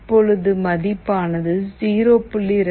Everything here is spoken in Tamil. இப்பொழுது மதிப்பானது 0